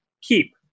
keep